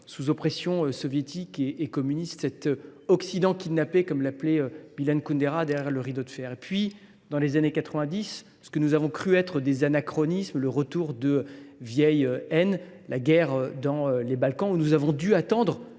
sous oppression soviétique et communiste, cet « Occident kidnappé », comme l’appelait Milan Kundera, derrière le rideau de fer. Puis, dans les années 1990, il y a eu ce que nous avons cru être des anachronismes, le retour de vieilles haines, la guerre dans les Balkans, où nous avons dû attendre